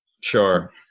Sure